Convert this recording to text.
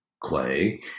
Clay